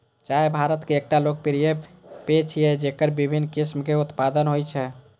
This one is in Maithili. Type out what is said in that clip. चाय भारत के एकटा लोकप्रिय पेय छियै, जेकर विभिन्न किस्म के उत्पादन होइ छै